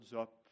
up